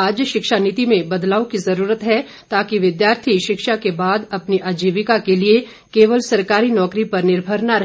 आज शिक्षा नीति में बदलाव की जरूरत है ताकि विद्यार्थी शिक्षा के बाद अपनी आजीविका के लिए केवल सरकारी नौकरी पर निर्भर न रहे